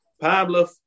Pablo